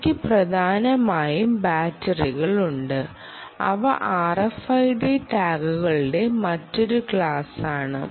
ഇവയ്ക്ക് പ്രധാനമായും ബാറ്ററികളുണ്ട് അവ RFID ടാഗുകളുടെ മറ്റൊരു ക്ലാസാണ്